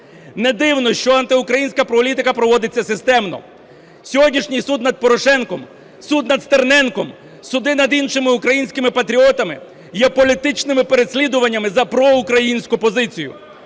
Не дивно, що антиукраїнська політика проводиться системно. Сьогоднішній суд над Порошенком, суд над Стерненком, суди над іншими українськими патріотами є політичними переслідуваннями за проукраїнську позицію.